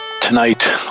Tonight